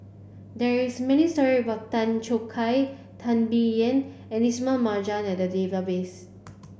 there is many story about Tan Choo Kai Teo Bee Yen and Ismail Marjan in the database